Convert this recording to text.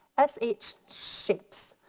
s h, shapes.